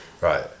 Right